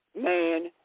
man